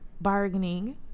bargaining